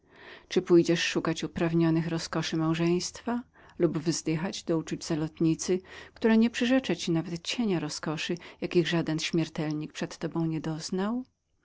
życia pójdzieszże szukać uprawnionych rozkoszy małżeństwa lub wzdychać do uczuć zalotnicy która nie przyrzecze ci cienia nawet rozkoszy jakich żaden śmiertelnik przed tobą nie doznał